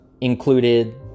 included